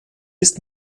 ist